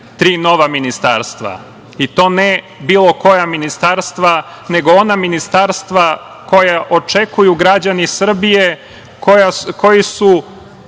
tri ministarstva, i to ne bilo koja ministarstva, nego ona ministarstva koja očekuju građani Srbija, koji su